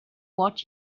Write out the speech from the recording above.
what